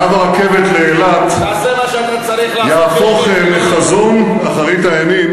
קו הרכבת לאילת יהפוך מחזון אחרית הימים